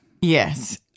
Yes